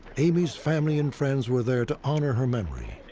amy's family and friends were there to honor her memory,